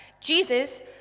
Jesus